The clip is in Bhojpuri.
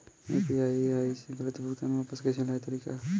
यू.पी.आई से गलत भुगतान के वापस पाये के तरीका का ह?